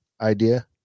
idea